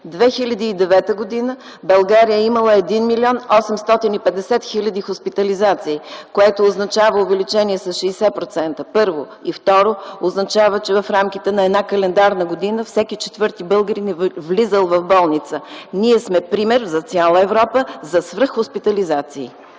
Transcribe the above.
2009 г. България е имала 1 млн. 850 хил. хоспитализации, което означава увеличение с 60% - първо. Второ, означава, че в рамките на една календарна година всеки четвърти българин е влизал в болница. Ние сме пример за цяла Европа за свръххоспитализации.